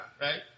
right